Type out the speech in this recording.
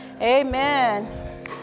Amen